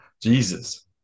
Jesus